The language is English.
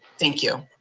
thank you.